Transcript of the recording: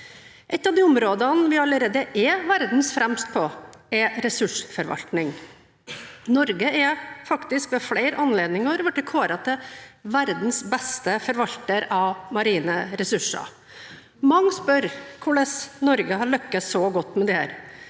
Et av de områdene der vi allerede er fremst i verden, er ressursforvaltning. Norge har faktisk ved flere anledninger blitt kåret til verdens beste forvalter av marine ressurser. Mange spør hvordan Norge har lyktes så godt med dette